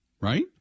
right